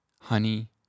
honey